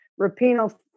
Rapino